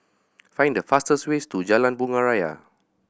find the fastest way to Jalan Bunga Raya